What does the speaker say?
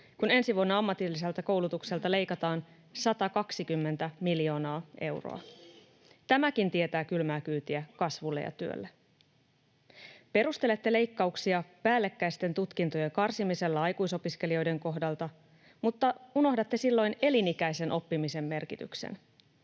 kun ensi vuonna ammatilliselta koulutukselta leikataan 120 miljoonaa euroa. Tämäkin tietää kylmää kyytiä kasvulle ja työlle. Perustelette leikkauksia päällekkäisten tutkintojen karsimisella aikuisopiskelijoiden kohdalta, mutta unohdatte silloin elinikäisen oppimisen merkityksen.